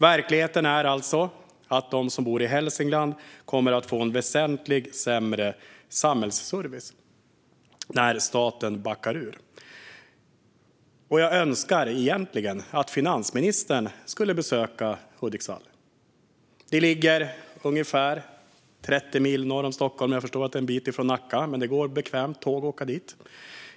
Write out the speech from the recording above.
Verkligheten är att de som bor i Hälsingland kommer att få en väsentligt sämre samhällsservice när staten backar ur. Jag önskar att finansministern skulle besöka Hudiksvall. Det ligger ungefär 30 mil norr om Stockholm. Det är en bit från Nacka, men det går fint att åka tåg dit.